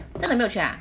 真的没有去啊